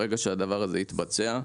ברגע שהדבר הזה יתבצע,